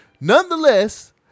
Nonetheless